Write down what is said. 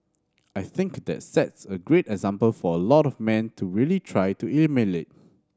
I think that sets a great example for a lot of man to really try to emulate